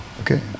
okay